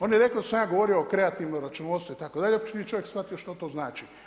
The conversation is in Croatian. On je rekao da sam ja govorio o kreativnom računovodstvu, itd. uopće nije čovjek shvatio što to znači.